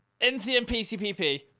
NCMPCPP